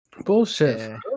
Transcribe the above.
Bullshit